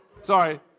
Sorry